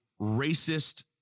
racist